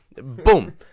Boom